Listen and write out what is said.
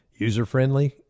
User-friendly